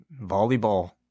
volleyball